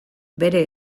bere